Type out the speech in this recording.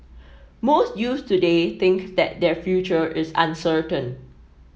most youths today think that their future is uncertain